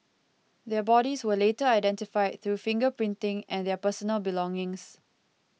their bodies were later identified through finger printing and their personal belongings